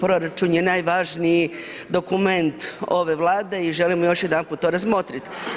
Proračun je najvažniji dokument ove Vlade i želimo to još jedanput razmotrit.